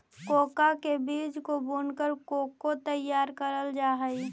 cocoa के बीज को भूनकर कोको तैयार करल जा हई